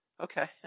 Okay